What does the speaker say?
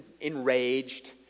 enraged